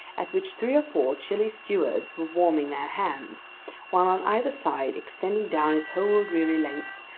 at which three or four chilly stewards were warming their hands while on either side, extending down its whole dreary length,